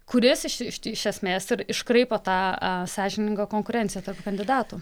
kuris iš iš iš esmės ir iškraipo tą sąžiningą konkurenciją tarp kandidatų